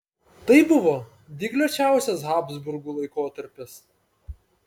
tai buvo dygliuočiausias habsburgų laikotarpis